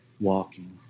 walking